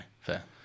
fair